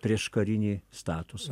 prieškarinį statusą